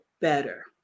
better